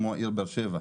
כמו העיר באר שבע,